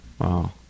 Wow